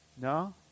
No